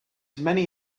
many